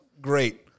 great